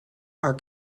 are